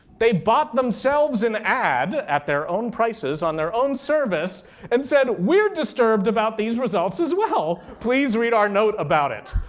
they bought themselves an ad at their own prices, on their own service and said, we are disturbed about these results as well. please read our note about it.